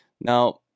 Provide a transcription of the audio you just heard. now